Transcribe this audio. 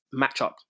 matchup